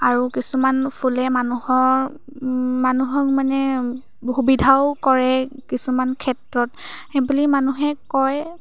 আৰু কিছুমান ফুলে মানুহৰ মানুহক মানে সুবিধাও কৰে কিছুমান ক্ষেত্ৰত সেইবুলি মানুহে কয়